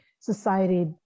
society